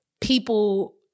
people